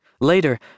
Later-